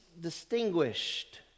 distinguished